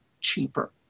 cheaper